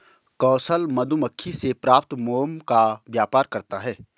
कौशल मधुमक्खी से प्राप्त मोम का व्यापार करता है